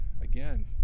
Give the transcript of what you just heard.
again